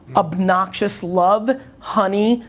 obnoxious love, honey,